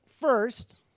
first